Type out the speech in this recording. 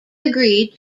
agreed